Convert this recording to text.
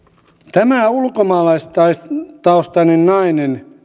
tämä ulkomaalaistaustainen nainen